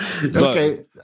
Okay